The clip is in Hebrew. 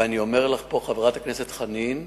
ואני אומר לך פה, חברת הכנסת חנין: